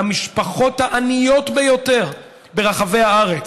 למשפחות העניות ביותר ברחבי הארץ,